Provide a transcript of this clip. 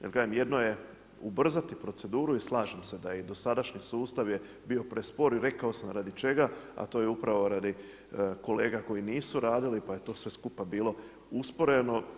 Jer kažem, jedno je ubrzati proceduru i slažem se da i dosadašnji sustav je bio prespor i rekao sam radi čega, a to je upravo radi kolega koji nisu radili, pa je to sve skupa bilo usporeno.